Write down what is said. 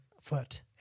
foot